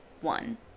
one